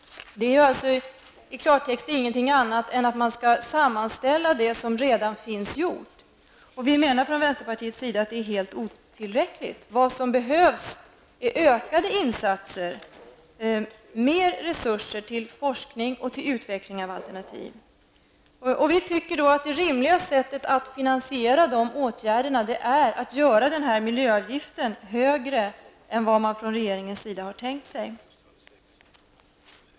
Det är i klartext ingenting annat än att man skall sammanställa det som redan finns gjort. Vi menar från vänsterpartiets sida att det är helt otillräckligt. Vad som behövs är ökade insatser, mer resurser till forskning och till utveckling av alternativ. Vi tycker då att det rimliga sättet att finansiera de åtgärderna är att göra miljöavgiften högre än vad regeringen har tänkt sig.